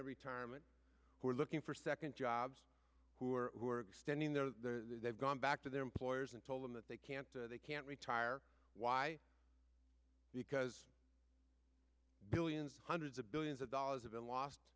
their retirement who are looking for second jobs who are extending their they've gone back to their employers and told them that they can't they can't retire why because billions hundreds of billions of dollars have been lost